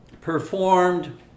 performed